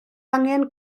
angen